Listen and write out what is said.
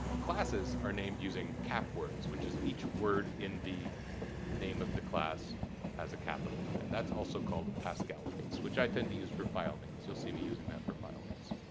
classes are named using capwords which is. each word in the name of the class has a capital on it. that's also called pascalcase, which i tend to use for file names. you'll see me using that for file names.